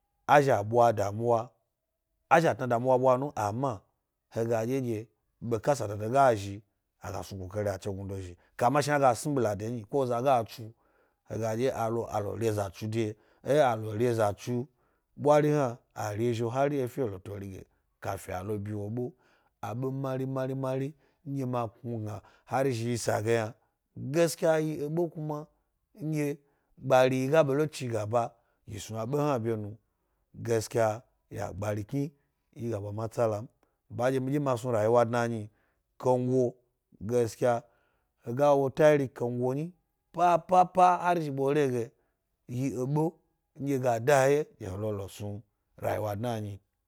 A zhi a ɓwa damuwa, a zhi a dna damuwa ɓwa nu m, asma he ga dye dye ɓe kasa dodo ga zhi, a ga snu kukari a chegnudo zhi kama shna a ga sni ɓila de nyi, ko eza ga tsu he ga ɗye lo a lo re zatsu ɓwari hna a re zhi’o hari efe wo to ri kafi to lo nyi wo ɓo aɓe mari-mari-mari nɗye ma kula har zhi y isa ge yna gaskiya yi ebe kuma nɗye gbari yi ga ɓe lo chigaba yi snu aɓe hna bye nu, gaskiya ya gbari bi yi ga bwa matsalan. banɗye mi ɗye ma snu rayiwa dna nyi, kango, gaskiya he ga wo tarihi kango nyi papa pa hari zhi ɓole ge, yi eɓe nɗye ga da he wye he lo snu rayiwa dna ny.